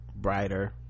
brighter